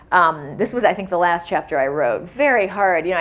this was, i think, the last chapter i wrote. very hard. yeah